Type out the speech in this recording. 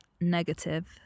negative